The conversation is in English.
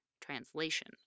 translation